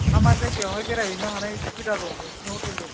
मा मा जायगायाव हाय बेरायहैनो हानाय सुबिदा दं नोंसिनि हटेलनिफ्राय